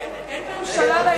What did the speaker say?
אין ממשלה לעניין.